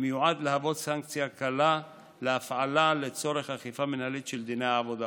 המיועד להוות סנקציה קלה להפעלה לצורך אכיפה מינהלית של דיני העבודה,